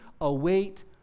await